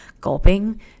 gulping